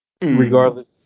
Regardless